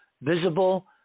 visible